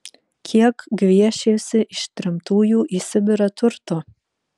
kiek gviešėsi ištremtųjų į sibirą turto